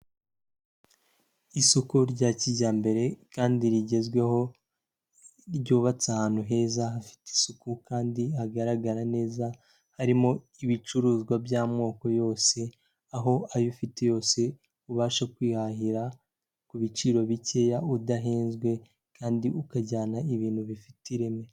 Isoko rya kijyambere kandi rigezweho, ryubatse ahantu heza hafite isuku kandi hagaragara neza, harimo ibicuruzwa by'amoko yose, aho ayo ufite yose, ubasha kwihahira ku biciro bikeya udahenzwe kandi ukajyana ibintu bifite ireme.